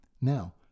Now